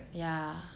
ya